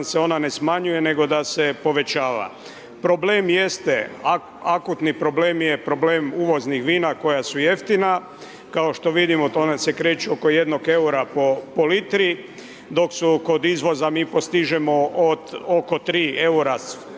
se ona ne smanjuje nego da se povećava. Problem jeste, akutni problem je problem uvoznih vina koja su jeftina. Kao što vidimo ona se kreću oko jednog eura po litri, dok su kod izvoza, mi postižemo od oko 3 eura